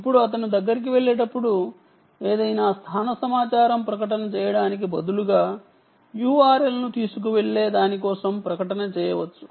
ఇప్పుడు అతను దగ్గరికి వెళ్ళేటప్పుడు ఏదైనా స్థాన సమాచారం ప్రకటన చేయడానికి బదులుగా URL ను తీసుకువెళ్ళే దాని కోసం ప్రకటన చేయవచ్చు